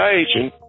agent